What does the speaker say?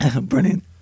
Brilliant